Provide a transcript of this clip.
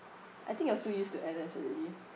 I think you're too used to N_S already